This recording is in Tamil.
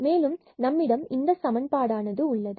மேலும் நம்மிடம் இந்த சமன்பாடு xy0 உள்ளது